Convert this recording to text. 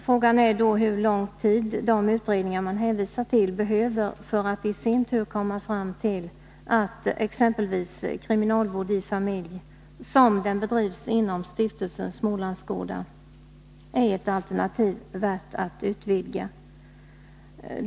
Frågan är då hur lång tid de utredningar man hänvisar till behöver för att i sin tur komma fram till att exempelvis kriminalvård i familj, som den bedrivs inom Stiftelsen Smålandsgårdar, är ett alternativ värt att utvidga.